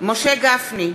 משה גפני,